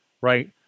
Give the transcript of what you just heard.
right